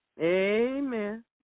Amen